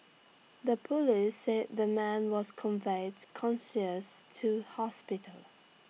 the Police said the man was conveyed conscious to hospital